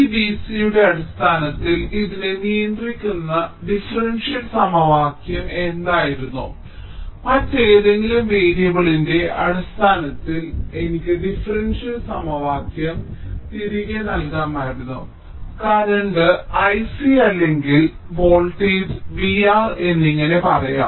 ഈ V c യുടെ അടിസ്ഥാനത്തിൽ ഇതിനെ നിയന്ത്രിക്കുന്ന ഡിഫറൻഷ്യൽ സമവാക്യം എന്തായിരുന്നു മറ്റേതെങ്കിലും വേരിയബിളിന്റെ അടിസ്ഥാനത്തിൽ എനിക്ക് ഡിഫറൻഷ്യൽ സമവാക്യം തിരികെ നൽകാമായിരുന്നു കറന്റ് I c അല്ലെങ്കിൽ വോൾട്ടേജ് V R എന്നിങ്ങനെ പറയാം